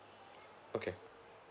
okay